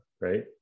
right